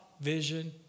vision